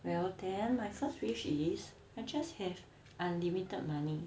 well then my first wish is I just have unlimited money